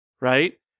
right